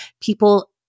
People